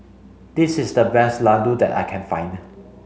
this is the best Ladoo that I can find